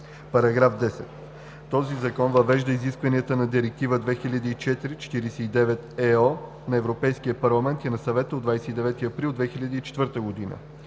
§10: „§ 10. Този закон въвежда изискванията на Директива 2004/49/ЕО на Европейския парламент и на Съвета от 29 април 2004 г.